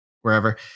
wherever